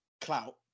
clout